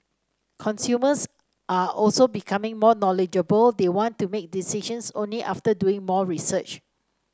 consumers are also becoming more knowledgeable they want to make decisions only after doing more research